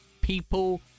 People